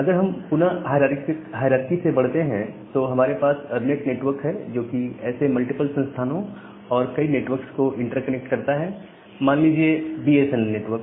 अगर हम पुनः हायरारकी से बढ़ते हैं तो हमारे पास यह अरनेट नेटवर्क है जोकि ऐसे मल्टीपल संस्थानों और कई नेटवर्क्स को इंटरकनेक्ट करता है मान लीजिए बीएसएनएल नेटवर्क